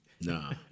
Nah